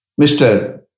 Mr